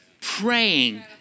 praying